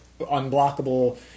unblockable